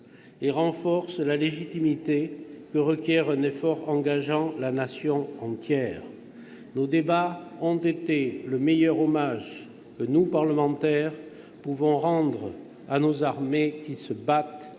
et renforce la légitimité que requiert un effort engageant la Nation entière. Nos débats ont été le meilleur hommage que nous, parlementaires, pouvons rendre à nos armées, qui se battent,